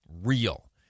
Real